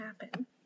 happen